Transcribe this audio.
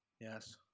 Yes